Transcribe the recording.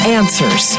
answers